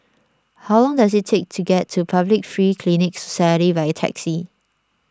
how long does it take to get to Public Free Clinic Society by taxi